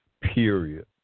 Period